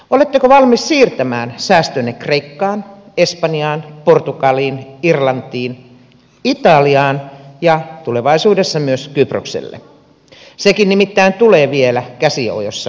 oletteko valmis siirtämään säästönne kreikkaan espanjaan portugaliin irlantiin italiaan ja tulevaisuudessa myös kyprokselle sekin nimittäin tulee vielä käsi ojossa anomaan säästöjänne